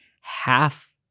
half